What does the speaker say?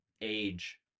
age